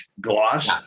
gloss